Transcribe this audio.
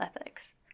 ethics